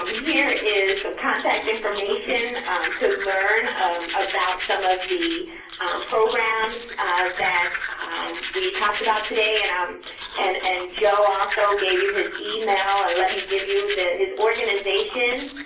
um here is some contact information to learn about some of the programs that we talked about today and um and and joe also gave you his email, and let me give you his organization,